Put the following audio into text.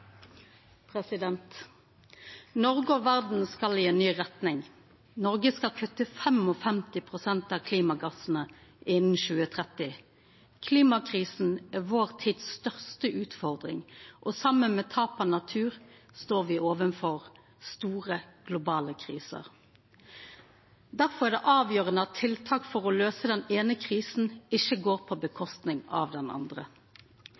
Noreg og verda skal i ei ny retning. Noreg skal kutta 55 pst. av klimagassane innan 2030. Klimakrisa er vår tids største utfordring, og saman med tapet av natur står me overfor store globale kriser. Derfor er det avgjerande at tiltak for å løysa den eine krisa ikkje går på kostnad av den andre.